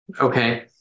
Okay